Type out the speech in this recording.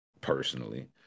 Personally